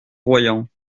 royans